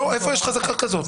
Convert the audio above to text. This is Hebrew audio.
לא, איפה יש חזקה כזאת?